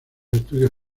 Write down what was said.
estudios